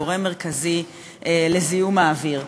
גורם מרכזי לזיהום האוויר,